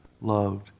loved